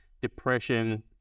depression